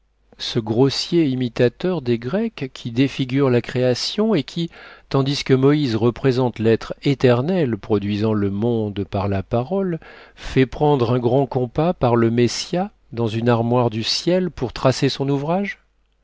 ce grossier imitateur des grecs qui défigure la création et qui tandis que moïse représente l'etre éternel produisant le monde par la parole fait prendre un grand compas par le messiah dans une armoire du ciel pour tracer son ouvrage